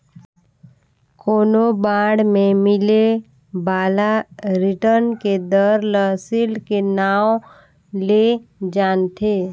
कोनो बांड मे मिले बाला रिटर्न के दर ल सील्ड के नांव ले जानथें